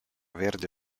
verde